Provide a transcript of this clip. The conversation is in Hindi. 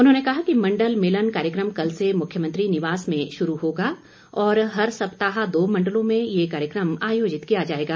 उन्होंने कहा कि मंडल मिलन कार्यक्रम कल से मुख्यमंत्री निवास में शुरू होगा और हर सप्ताह दो मंडलों में ये कार्यक्रम आयोजित किया जाएगा